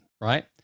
right